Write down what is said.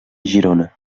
girona